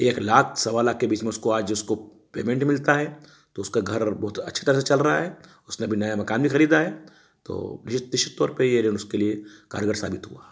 एक लाख सवा लाख के बीच में उसको आज उसको पेमेंट मिलता है तो उसका घर बहुत अच्छी तरह से चल रहा है उसने अभी नया मकान भी खरीदा है तो निश्चित तौर पर यह ऋण उसके लिए कारगर साबित हुआ